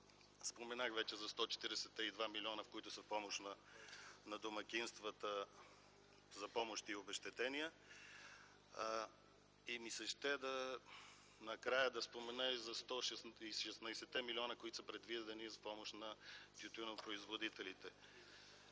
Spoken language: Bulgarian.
Споменах вече за 142-та милиона, които са в помощ на домакинствата за помощи и обезщетения. Накрая ми се иска да спомена и за 116-те милиона, които са предвидени за помощ на тютюнопроизводителите.